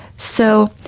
so,